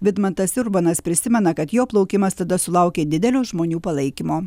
vidmantas urbonas prisimena kad jo plaukimas tada sulaukė didelio žmonių palaikymo